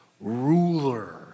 Ruler